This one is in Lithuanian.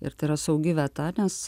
ir tai yra saugi vieta nes